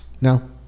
No